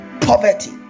poverty